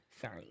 Sorry